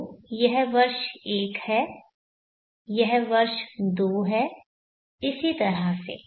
तो यह वर्ष 1 है यह वर्ष 2 है इसी तरह से